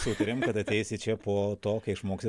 sutarėm kad ateisi čia po to kai išmoksi